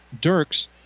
Dirks